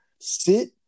sit